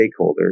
stakeholders